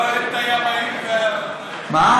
עוד לא, הימאים, מה?